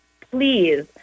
please